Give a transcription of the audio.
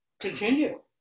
Continue